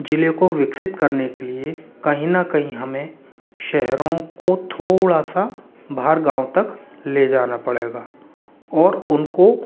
ज़िले को विकसित करने के लिए कहीं न कहीं हमें शहरों को थोड़ा सा बाहर गाँव तक ले जाना पड़ेगा और उनको